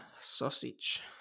sausage